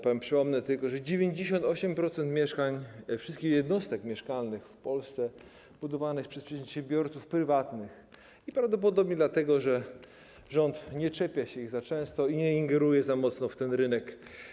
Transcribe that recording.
Przypomnę tylko, że 98% wszystkich jednostek mieszkalnych w Polsce jest budowanych przez przedsiębiorców prywatnych, prawdopodobnie dlatego, że rząd nie czepia się ich za często i nie ingeruje za mocno w ten rynek.